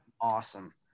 Awesome